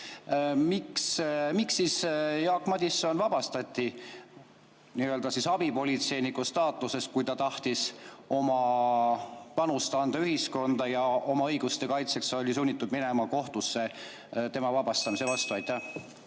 Miks Jaak Madison vabastati abipolitseiniku staatusest, kui ta tahtis anda ühiskonda oma panust? Oma õiguste kaitseks oli ta sunnitud minema kohtusse tema vabastamise vastu. Aitäh,